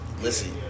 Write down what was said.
Listen